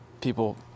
people